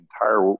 entire